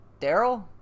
Daryl